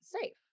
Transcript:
safe